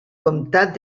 comtat